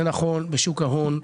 נכון בשוק ההון,